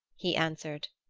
he answered.